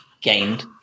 gained